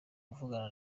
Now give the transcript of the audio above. kuvugana